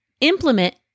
implement